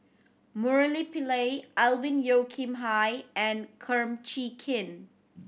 Murali Pillai Alvin Yeo Khirn Hai and Kum Chee Kin